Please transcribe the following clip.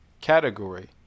category